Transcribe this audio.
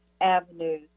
avenues